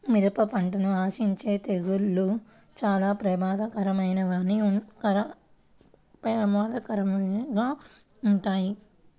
మిరప పంటను ఆశించే తెగుళ్ళు చాలా ప్రమాదకరమైనవిగా ఉంటాయి